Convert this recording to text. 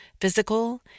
physical